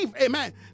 amen